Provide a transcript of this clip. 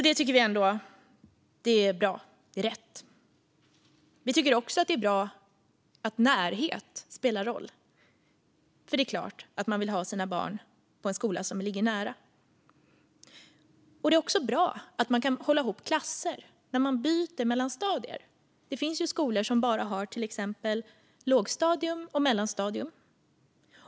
Det tycker vi ändå är bra och rätt. Vi tycker också att det är bra att närhet spelar roll, för det är klart att man vill ha sina barn på en skola som ligger nära. Det är också bra att man kan hålla ihop klasser när man byter mellan stadier. Det finns ju skolor som bara har till exempel låg och mellanstadium.